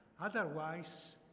Otherwise